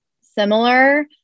similar